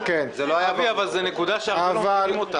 אבי, זאת נקודה שאנחנו לא מבינים.